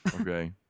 Okay